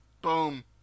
Boom